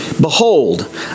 behold